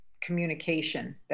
communication